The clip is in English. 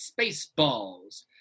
Spaceballs